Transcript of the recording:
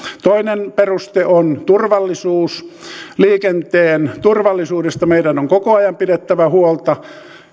toinen peruste on turvallisuus liikenteen turvallisuudesta meidän on koko ajan pidettävä huolta